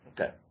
Okay